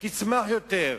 תצמח יותר,